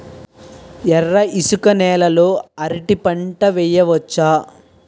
ఎర్ర ఇసుక నేల లో అరటి పంట వెయ్యచ్చా?